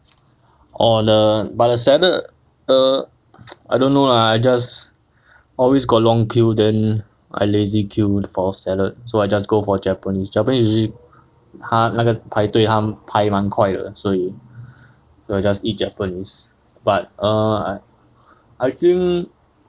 orh the but the salad err I don't know lah I just always got long queue then I lazy queue for salad so I just go for japanese japanese usually 它那个排队它排蛮快的所以 will just eat japanese but err I think